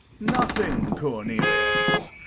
nothing, cornelius.